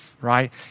right